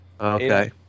Okay